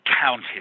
counted